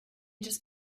just